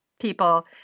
people